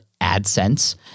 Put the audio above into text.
AdSense